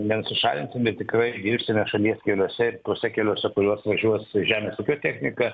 nenusišalinsim bet tikrai dirbsime šalies keliuose ir tuose keliuose kuriuos važiuos žemės ūkio technika